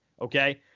okay